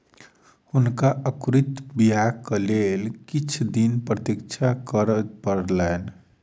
हुनका अंकुरित बीयाक लेल किछ दिन प्रतीक्षा करअ पड़लैन